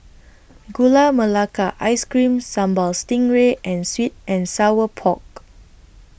Gula Melaka Ice Cream Sambal Stingray and Sweet and Sour Pork